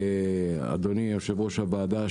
אדוני יושב-ראש הוועדה,